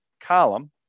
column